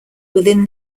within